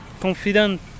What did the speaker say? confident